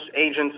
agents